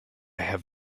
have